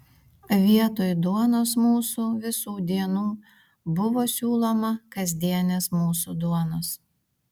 vietoj duonos mūsų visų dienų buvo siūloma kasdienės mūsų duonos